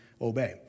obey